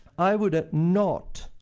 i would ah not,